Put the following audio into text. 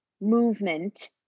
movement